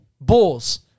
Bulls